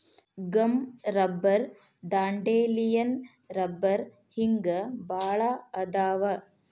gum rubber dandelion ರಬ್ಬರ ಹಿಂಗ ಬಾಳ ಅದಾವ